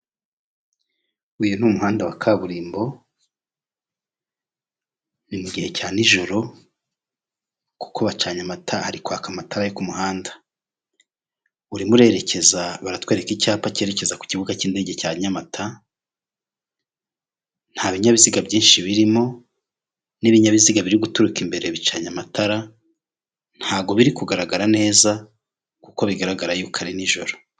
uyu ni umuhanda wa kaburimbo mugihe cya nijoro kuko hacanye amatara yo kumuhanda uratwereka icyapa cyerekeza kukibuga cy'indege cya nyamata nta binyabiziga byinshi birimo n'ibinyabiziga biri guturuka imbere bicanye amatara ntago biri kugaragara neza kuko bigaragara ko ari nijoro